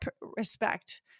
respect